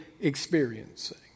experiencing